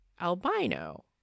albino